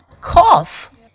cough